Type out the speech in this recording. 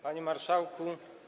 Panie Marszałku!